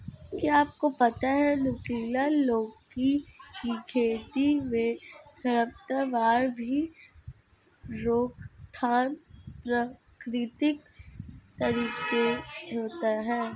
क्या आपको पता है नुकीली लौकी की खेती में खरपतवार की रोकथाम प्रकृतिक तरीके होता है?